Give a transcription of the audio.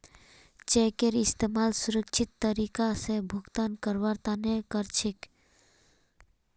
चेकेर इस्तमाल सुरक्षित तरीका स भुगतान करवार तने कर छेक